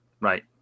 right